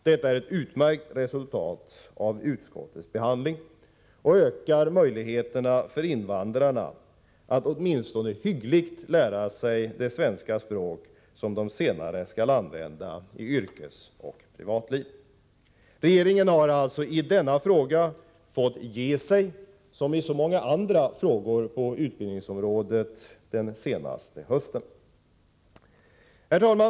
Detta är ett utmärkt resultat av utskottets behandling och ökar möjligheterna för invandrarna att åtminstone hyggligt lära sig det svenska språk som de senare skall använda i yrkesoch privatliv. Regeringen har alltså fått ge sig i denna fråga, som i så många andra frågor på utbildningsområdet den senaste hösten.